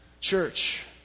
church